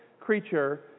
creature